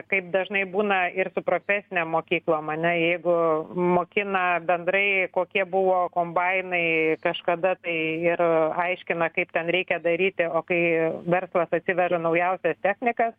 kaip dažnai būna ir su profesinėm mokyklom ane jeigu mokina bendrai kokie buvo kombainai kažkada tai ir aiškina kaip ten reikia daryti o kai verslas atsiveža naujausias technikas